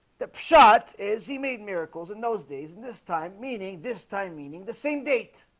the shot is he made miracles in those days and this time meaning this time meaning the same date